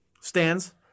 stands